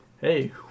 hey